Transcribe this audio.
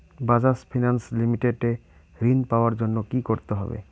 Bajaj finance limited এ ঋন পাওয়ার জন্য কি করতে হবে?